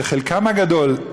שחלקם הגדול,